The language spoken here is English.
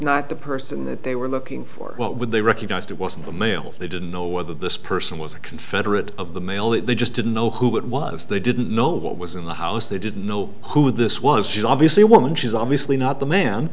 not the person that they were looking for when they recognized it wasn't a male they didn't know whether this person was a confederate of the male that they just didn't know who it was they didn't know what was in the house they didn't know who this was she's obviously a woman she's obviously not the man